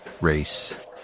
race